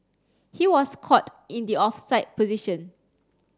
he was caught in the offside position